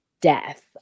death